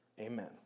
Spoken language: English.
amen